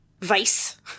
vice